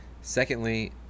Secondly